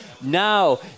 Now